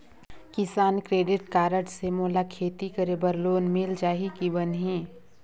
किसान credit card से मोला खेती करे बर लोन मिल जाहि की बनही??